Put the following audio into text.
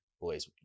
boys